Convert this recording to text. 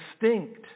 distinct